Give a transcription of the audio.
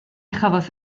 chafodd